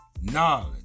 knowledge